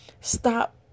stop